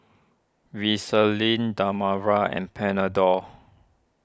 Vaselin Dermaveen and Panadol